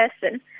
person